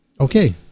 okay